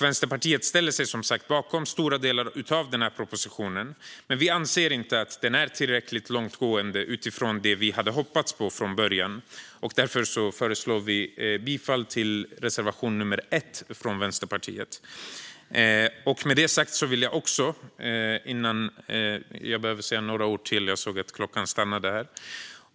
Vänsterpartiet ställer sig som sagt bakom stora delar av propositionen, men vi anser inte att den är tillräckligt långtgående utifrån det vi hade hoppats på från början. Därför yrkar jag bifall till reservation 1 från Vänsterpartiet. Låt mig säga några ord till.